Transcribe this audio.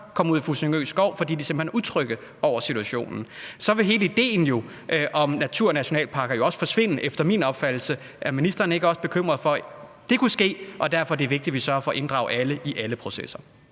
komme ud i skoven, fordi de simpelt hen er utrygge ved situationen. Så vil hele idéen med naturnationalparker efter min opfattelse også forsvinde. Er ministeren ikke også bekymret for, at det kunne ske, og at det derfor er vigtigt, at vi sørger for at inddrage alle i alle processer?